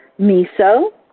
Miso